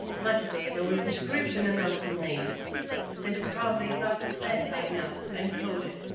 lucky they had only a description and not a name but they've probably got that by now, uncoded.